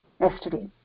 yesterday